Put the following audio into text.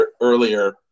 earlier